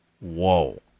Whoa